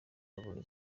yabonye